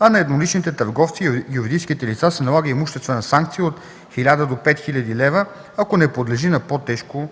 а на едноличните търговци и юридическите лица се налага имуществена санкция от 1000 до 5000 лв., ако не подлежи на по-тежко